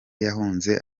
yahunze